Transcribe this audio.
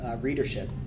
readership